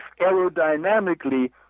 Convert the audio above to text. aerodynamically